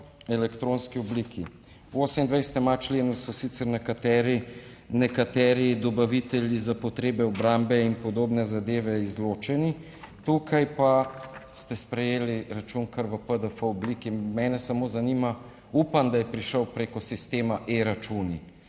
elektronski obliki. V 28. členu so sicer nekateri, nekateri dobavitelji za potrebe obrambe in podobne zadeve izločeni, tukaj pa ste sprejeli račun kar v PDF obliki. Mene samo zanima, upam, da je prišel preko sistema e-računi,